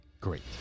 great